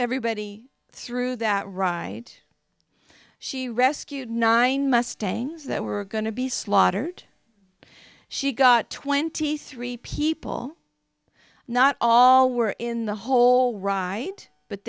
everybody through that ride she rescued nine mustangs that were going to be slaughtered she got twenty three people not all were in the whole ride but